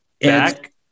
Back